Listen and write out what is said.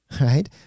right